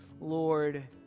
Lord